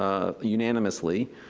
ah unanimously,